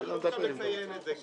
חשוב גם לציין את זה,